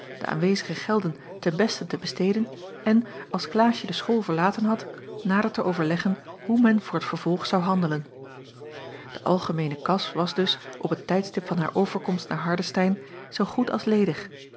de aanwezige gelden ten beste te besteden en als klaasje de school verlaten had nader te overleggen hoe men voor t vervolg zou handelen de algemeene kas was dus op het tijdstip van haar overkomst naar hardestein zoo goed als ledig